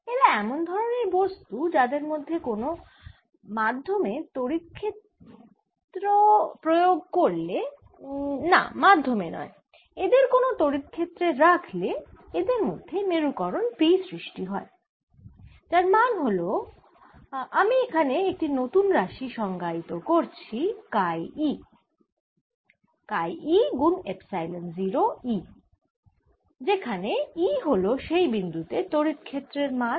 এরা এমন ধরনের বস্তু হয় যাদের কোন মাধ্যমে তড়িৎ ক্ষেত্রে রাখলে না মাধ্যমে নয় এদের কোন তড়িৎ ক্ষেত্রে রাখলে এদের মধ্যে মেরুকরন P সৃষ্টি হয় যার মান হল আমি এখানে একটি নতুন রাশি সংজ্ঞায়িত করছি কাই e গুন এপসাইলন 0 E যেখানে E হল সেই বিন্দু তে তড়িৎ ক্ষেত্রের মান